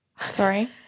Sorry